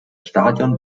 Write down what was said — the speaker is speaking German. stadion